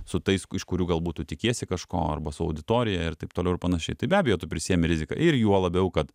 su tais iš kurių galbūt tu tikiesi kažko arba su auditorija ir taip toliau ir panašiai tai be abejo tu prisiimi riziką ir juo labiau kad